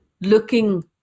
looking